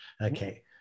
okay